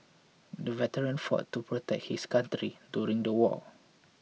the veteran fought to protect his country during the war